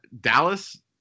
Dallas